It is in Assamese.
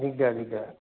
দিগদাৰ দিগদাৰ